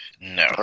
No